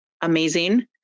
amazing